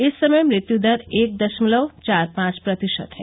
इस समय मृत्यु दर एक दशमलव चार पांच प्रतिशत है